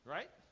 Right